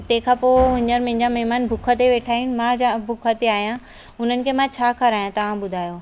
तंहिंखां पोइ मुंहिजा मुंहिजा महिमानु भुख ते वेठा आहिनि मां अञा भुख ते आहियां उन्हनि खे मां छा खारायां तव्हां ॿुधायो